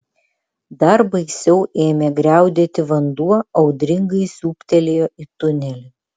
dar baisiau ėmė griaudėti vanduo audringai siūbtelėjo į tunelį